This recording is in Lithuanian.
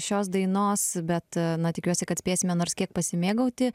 šios dainos bet na tikiuosi kad spėsime nors kiek pasimėgauti